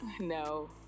No